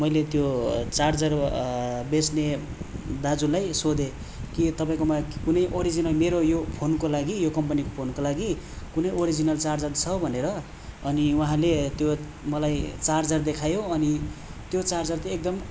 मैले त्यो चार्जर बेच्ने दाजुलाई सोधेँ के तपाईँकोमा कुनै ओरोजिनल मेरो यो फोनको लागि यो कम्पनीको फोनको लागि कुनै ओरिजिनल चार्जर छ भनेर अनि वहाँले त्यो मलाई चार्जर देखायो अनि त्यो चार्जर चाहिँ एकदम